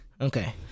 Okay